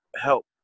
help